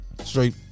straight